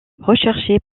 recherché